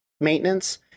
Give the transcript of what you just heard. maintenance